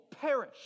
perish